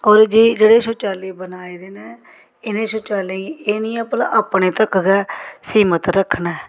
होर जे जेह्ड़े शौचालय बनाए दे न इ'नें शौचालय गी एह् निं ऐ भला अपने तक गै सीमत रक्खना ऐ